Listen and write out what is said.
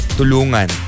tulungan